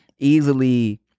easily